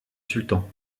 sultan